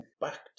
Back